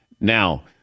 Now